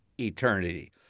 eternity